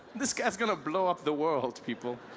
this guy's gonna blow up the world people.